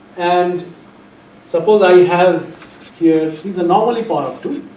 and suppose i have here these are normally part of two,